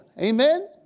Amen